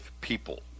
people